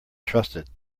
trusted